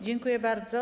Dziękuję bardzo.